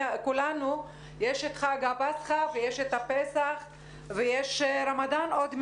יש את חג הפסחא, יש פסח ויש רמדאן עוד מעט.